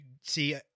see